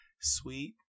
sweet